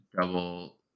double